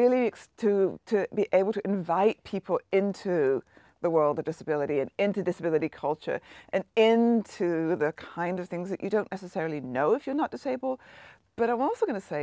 really extrude to be able to invite people into the world a disability and into disability culture and into the kind of things that you don't necessarily know if you're not disable but i was going to say